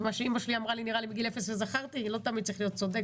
הוא אמר מה שאמא שלי אמרה לי מגיל אפס וזכרתי: לא תמיד צריך להיות צודק,